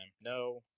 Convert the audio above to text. No